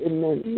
Amen